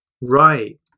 right